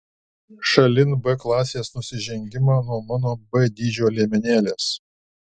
šalin b klasės nusižengimą nuo mano b dydžio liemenėlės